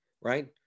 right